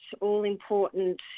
all-important